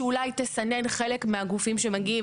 שאולי תסנן חלק מהגופים שמגיעים.